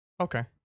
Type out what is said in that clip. Okay